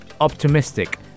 optimistic